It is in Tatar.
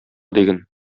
диген